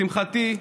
לשמחתי,